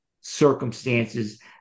circumstances